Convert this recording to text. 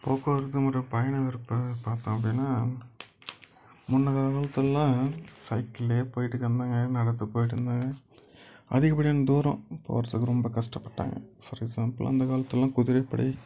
போக்குவரத்து மற்றும் பயண விருப்பம் பார்த்தோம் அப்படின்னா முன்ன காலத்துலெல்லாம் சைக்கிள்லேயே போய்விட்டு கிடந்தாங்க நடந்து போய்விட்டு இருந்தாங்க அதிகப்படியான தூரம் இப்போ ஒரு சிலர் ரொம்ப கஷ்டப்பட்டாங்க ஃபார் எக்ஸாம்புள் அந்த காலத்துலெலலாம் குதிரைப்படை